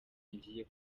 ngiye